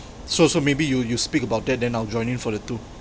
so so maybe you you speak about that then I'll join in for the two